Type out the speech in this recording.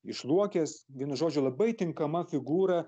iš luokės vienu žodžiu labai tinkama figūra